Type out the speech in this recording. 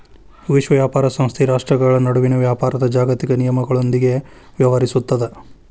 ವಿಶ್ವ ವ್ಯಾಪಾರ ಸಂಸ್ಥೆ ರಾಷ್ಟ್ರ್ಗಳ ನಡುವಿನ ವ್ಯಾಪಾರದ್ ಜಾಗತಿಕ ನಿಯಮಗಳೊಂದಿಗ ವ್ಯವಹರಿಸುತ್ತದ